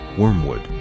Wormwood